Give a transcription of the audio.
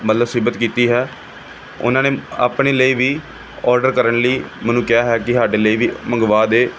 ਮਤਲਬ ਸਿਫ਼ਤ ਕੀਤੀ ਹੈ ਉਨ੍ਹਾਂ ਨੇ ਆਪਣੇ ਲਈ ਵੀ ਔਡਰ ਕਰਨ ਲਈ ਮੈਨੂੰ ਕਿਹਾ ਹੈ ਕਿ ਸਾਡੇ ਲਈ ਵੀ ਮੰਗਵਾ ਦੇ